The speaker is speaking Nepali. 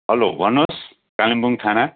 हेलो भन्नुहोस् कालिम्पोङ थाना